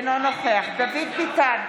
אינו נוכח דוד ביטן,